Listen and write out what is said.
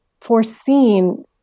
foreseen